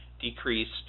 decreased